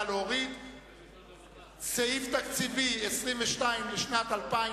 סעיף 22, לשנת 2009,